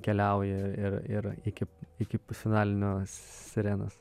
keliauji ir ir iki iki finalinio sirenos